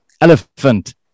Elephant